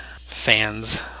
fans